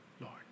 Lord